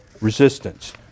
resistance